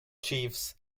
jeeves